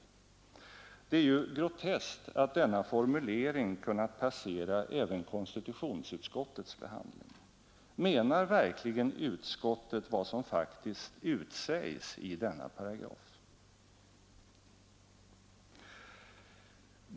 Det formulering kunnat passera även konstitutionsutskottets behandling. Menar verkligen utskottet vad som faktiskt utsägs i paragrafen?